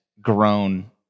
grown